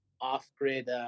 off-grid